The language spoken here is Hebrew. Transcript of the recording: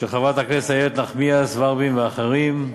של חברת הכנסת איילת נחמיאס ורבין ואחרים,